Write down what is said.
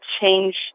change